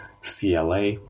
CLA